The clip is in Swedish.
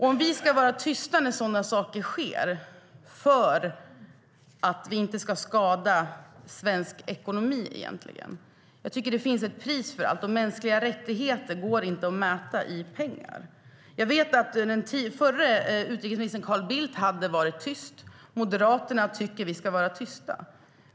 Ska vi vara tysta när sådana saker sker för att vi inte ska skada svensk ekonomi? Det finns ett pris för allt, och mänskliga rättigheter går inte att mäta i pengar. Jag vet att den förre utrikesministern, Carl Bildt, hade varit tyst. Moderaterna tycker att vi ska vara tysta.